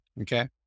Okay